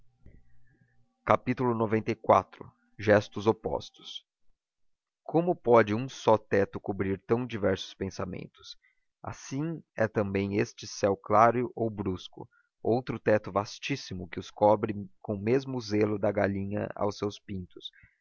tão bonita xciv gestos opostos como pode um só teto cobrir tão diversos pensamentos assim é também este céu claro ou brusco outro teto vastíssimo que os cobre com o mesmo zelo da galinha aos seus pintos